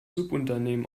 subunternehmen